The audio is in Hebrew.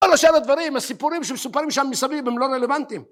כל שאר הדברים, הסיפורים שמסופרים שם מסביב הם לא רלוונטיים.